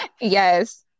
Yes